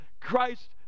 Christ